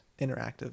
interactive